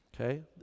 Okay